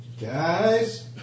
Guys